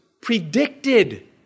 predicted